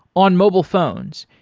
on mobile phones,